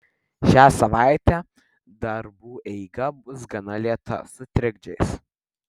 šią savaitę darbų eiga bus gana lėta su trikdžiais